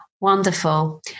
Wonderful